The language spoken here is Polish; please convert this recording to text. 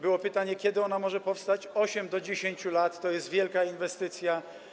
Było pytanie, kiedy ona może powstać: 8 do 10 lat, to jest wielka inwestycja.